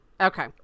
Okay